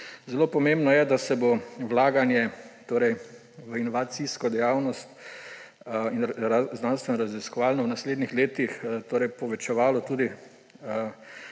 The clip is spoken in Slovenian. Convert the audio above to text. Zelo pomembno je, da se bo vlaganje v inovacijsko dejavnost in znanstvenoraziskovalno v naslednjih letih povečevalo tudi